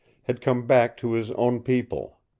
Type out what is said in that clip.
had come back to his own people.